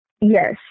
Yes